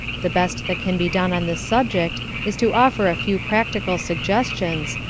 the best that can be done on this subject is to offer a few practical suggestions,